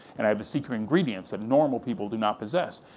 and i have the secret ingredients that normal people do not possess,